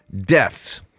deaths